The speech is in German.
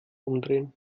umdrehen